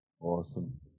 Awesome